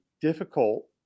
difficult